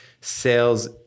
sales